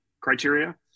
criteria